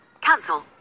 cancel